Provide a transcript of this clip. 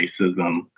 racism